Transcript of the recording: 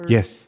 Yes